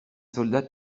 soldats